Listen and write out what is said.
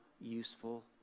useful